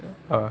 ah